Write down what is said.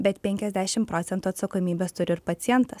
bet penkiasdešim procentų atsakomybės turi ir pacientas